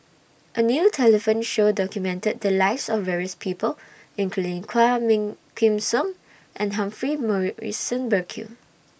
A New television Show documented The Lives of various People including Quah Kim Song and Humphrey Morrison Burkill